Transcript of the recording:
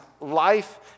life